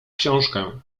książkę